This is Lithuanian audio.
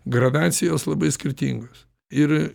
gradacijos labai skirtingos ir